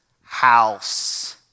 house